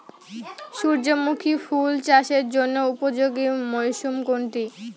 সূর্যমুখী ফুল চাষের জন্য উপযোগী মরসুম কোনটি?